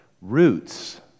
roots